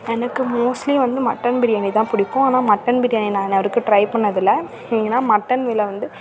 எனக்கு மோஸ்ட்லி வந்து மட்டன் பிரியாணி தான் பிடிக்கும் ஆனால் மட்டன் பிரியாணி நான் இன்ன வரைக்கும் ட்ரை பண்ணது இல்லை ஏன்னா மட்டன் வில வந்து